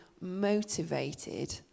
motivated